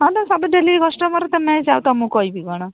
ତମେ ସବୁ daily customer ତୁମେ ଯାହା ତୁମକୁ କହିବି କ'ଣ